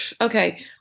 okay